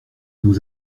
nous